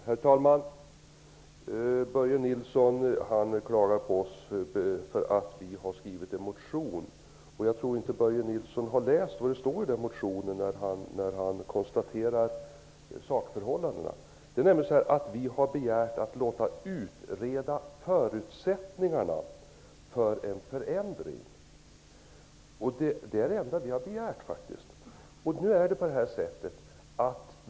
Herr talman! Börje Nilsson klagar på oss för att vi har skrivit en motion. Jag tror inte Börje Nilsson har läst vad det står i den motionen när han konstaterar sakförhållandena. Vi har nämligen begärt att man skall låta utreda förutsättningarna för en förändring. Det är faktiskt det enda vi har begärt.